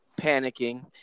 panicking